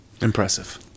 Impressive